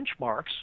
benchmarks